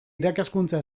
irakaskuntza